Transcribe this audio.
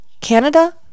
Canada